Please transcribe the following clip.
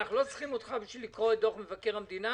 אנחנו לא צריכים אותך כדי לקרוא את דוח מבקר המדינה.